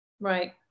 Right